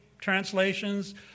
translations